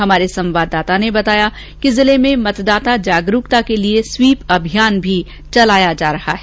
हमारे संवाददाता ने बताया कि जिले में तदाता जागरूकता के लिए स्वीप अभियान भी चलाया जा रहा है